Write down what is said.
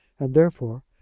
and, therefore,